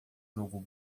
jogo